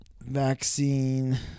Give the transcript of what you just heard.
vaccine